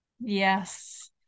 yes